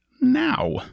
now